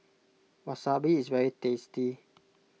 Wasabi is very tasty